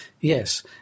Yes